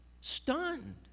stunned